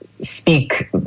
Speak